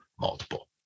multiple